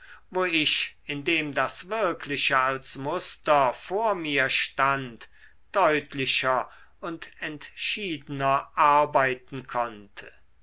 wo ich indem das wirkliche als muster vor mir stand deutlicher und entschiedener arbeiten konnte